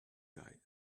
guy